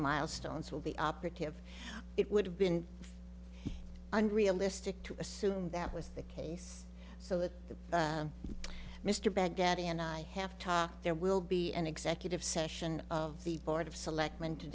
milestones will be operative it would have been unrealistic to assume that was the case so that mr baghdad and i have talked there will be an executive session of the board of selectmen to